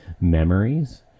memories